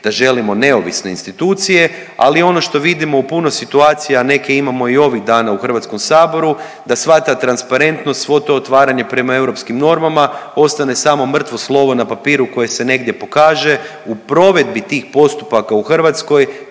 da želimo neovisne institucije, ali ono što vidimo u puno situacija, neke imamo i ovih dana u HS, da sva ta transparentnost, svo to otvaranje prema europskim normama ostane samo mrtvo slovo na papiru koje se negdje pokaže, u provedbi tih postupaka u Hrvatskoj